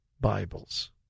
Bibles